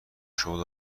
شغل